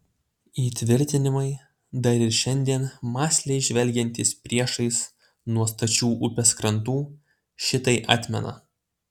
įtvirtinimai dar ir šiandien mąsliai žvelgiantys priešais nuo stačių upės krantų šitai atmena